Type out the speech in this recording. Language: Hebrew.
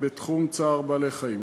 בתחום צער בעלי-חיים.